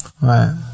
right